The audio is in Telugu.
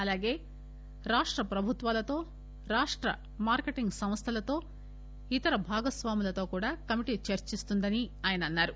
అలాగే రాష్ట ప్రభుత్వాలతో రాష్ట మార్కెటింగ్ సంస్థలతో ఇతర భాగస్వాములతో కమిటీ చర్చిస్తుందని ఆయన అన్నారు